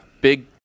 big